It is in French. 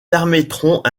permettront